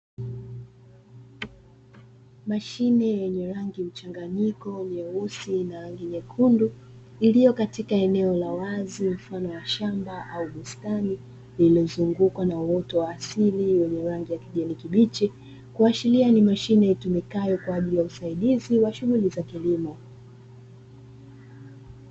Mashine yenye rangi mchanganyiko nyeusi na nyekundu iliyo katika eneo la wazi mfano wa shamba au bustani. Inayozungukwa na uoto wa asili wenye kijani kibichi kuashiria ni mashine tulikaayo kwa ajili ya usaidizi wa shule za kilimo.